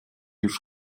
już